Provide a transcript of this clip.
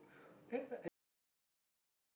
then I think that was before I go N_S